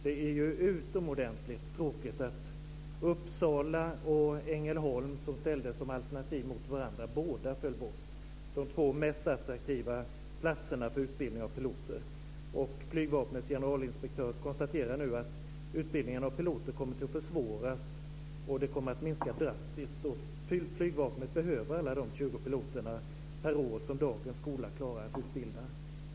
Det är utomordentligt tråkigt att både Uppsala och Ängelholm, som ställdes som alternativ mot varandra, föll bort - alltså de två mest attraktiva platserna för utbildning av piloter. Flygvapnets generalinspektör konstaterar nu att utbildningen av piloter kommer att försvåras och drastiskt minskas. Flygvapnet behöver alla de 20 piloter som dagens skola per år klarar att utbilda.